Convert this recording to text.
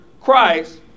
Christ